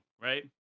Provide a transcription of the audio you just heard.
right